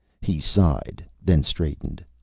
he sighed, then straightened.